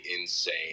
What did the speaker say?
insane